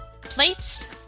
plates